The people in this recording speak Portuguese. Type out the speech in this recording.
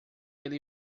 ele